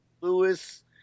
Lewis